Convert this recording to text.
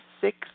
six